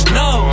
no